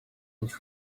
into